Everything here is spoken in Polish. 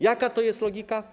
Jaka to jest logika?